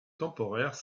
temporaire